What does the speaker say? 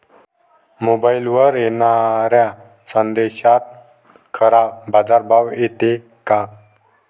मोबाईलवर येनाऱ्या संदेशात खरा बाजारभाव येते का?